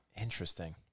Interesting